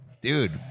Dude